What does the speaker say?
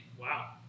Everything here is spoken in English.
Wow